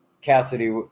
Cassidy